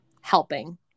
helping